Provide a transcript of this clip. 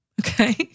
okay